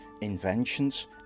inventions